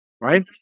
right